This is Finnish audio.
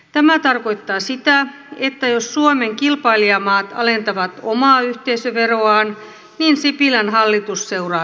tämä tarkoittaa sitä että jos suomen kilpailijamaat alentavat omaa yhteisöveroaan niin sipilän hallitus seuraa perässä